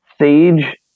sage